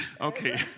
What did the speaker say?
Okay